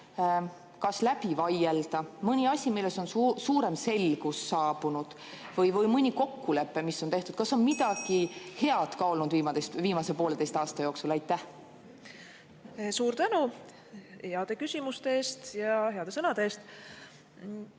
vaielda? Kas on mõni asi, milles on suurem selgus saabunud, või mõni kokkulepe, mis on tehtud? Kas on ka midagi head olnud viimase pooleteise aasta jooksul? Suur tänu heade küsimuste ja heade sõnade eest!